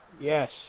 Yes